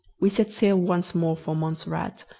we set sail once more for montserrat,